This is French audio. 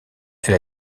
elle